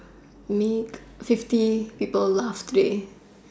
make fifty people laugh today